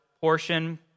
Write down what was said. portion